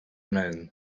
known